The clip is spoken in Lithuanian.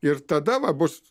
ir tada va bus